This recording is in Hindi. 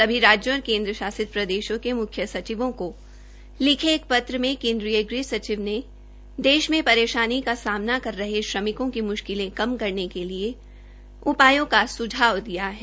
सभी राज्यों और केन्द्र शासित प्रदेशों के म्ख्य सचिवों को एक पत्र में केन्द्रीय ग़ह सचिव ने देश में परेशानी का सामना कर रहे श्रमिकों को म्शकिलें कम करने के लिए उपायों का सुझाव दिया है